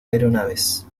aeronaves